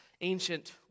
ancient